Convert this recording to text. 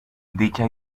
dicha